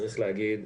צריך להגיד,